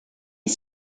est